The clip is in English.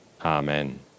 Amen